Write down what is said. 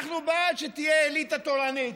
אנחנו בעד שתהיה אליטה תורנית.